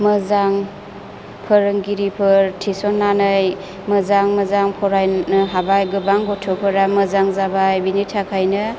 मोजां फोरोंगिरिफोर थिसननानै मोजां मोजां फरायनो हाबाय गोबां गथ'फोरा मोजां जाबाय बिनि थाखायनो